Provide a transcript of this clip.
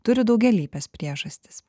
turi daugialypes priežastis